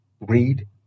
Read